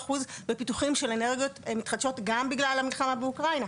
מ-30% בפיתוחים של אנרגיות מתחדשות גם בגלל המלחמה באוקראינה.